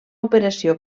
operació